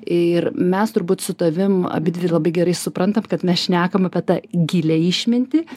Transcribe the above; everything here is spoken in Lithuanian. ir mes turbūt su tavim abidvi labai gerai suprantam kad mes šnekam apie tą gilią išmintį